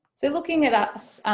so looking at us,